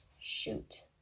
Shoot